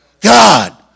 God